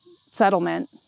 settlement